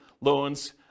loans